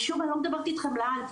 ושוב אני לא מדברת אתכם לעד,